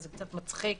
אז זה קצת מצחיק